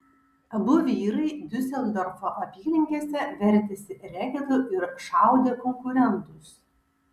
abu vyrai diuseldorfo apylinkėse vertėsi reketu ir šaudė konkurentus